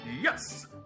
Yes